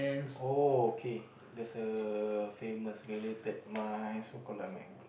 okay that's a famous related mine so called like my